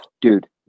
Dude